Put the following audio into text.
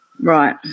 right